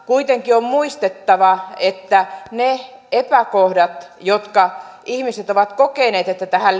kuitenkin on muistettava että ne epäkohdat jotka ihmiset ovat kokeneet että tähän